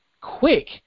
quick